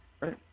right